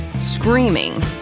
screaming